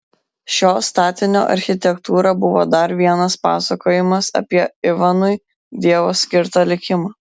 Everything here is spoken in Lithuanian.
šio statinio architektūra buvo dar vienas pasakojimas apie ivanui dievo skirtą likimą